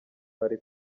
ari